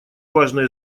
важное